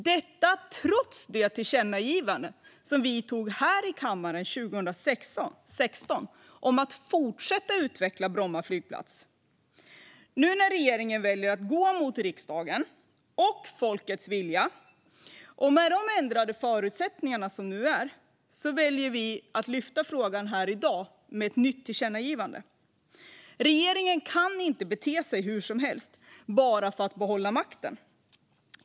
Detta har man gjort trots kammarens tillkännagivande från 2016 om att fortsätta att utveckla Bromma flygplats. Nu väljer regeringen alltså att gå emot riksdagens och folkets vilja. I och med dessa ändrade förutsättningar väljer vi att lyfta upp frågan genom ett nytt tillkännagivande. Regeringen kan inte bete sig hur som helst bara för att behålla makten.